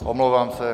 Omlouvám se.